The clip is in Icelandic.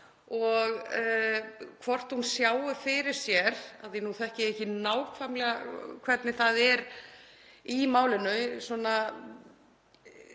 hvort hún sjái fyrir sér, af því að nú þekki ég ekki nákvæmlega hvernig það er í málinu, að